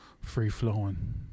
free-flowing